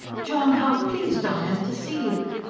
john! how pleased i am to see you!